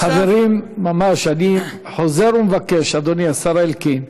נוסף, חברים, אני חוזר ומבקש, אדוני השר אלקין,